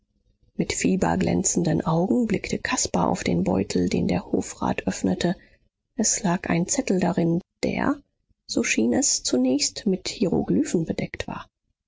mit fieberglänzenden augen blickte caspar auf den beutel den der hofrat öffnete es lag ein zettel darin der so schien es zunächst mit hieroglyphen bedeckt war